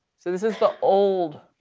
so this is the old,